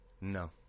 No